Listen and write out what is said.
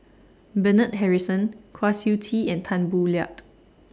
Bernard Harrison Kwa Siew Tee and Tan Boo Liat